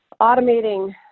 automating